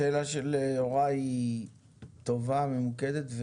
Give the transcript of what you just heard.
השאלה של יוראי היא טובה וממוקדת.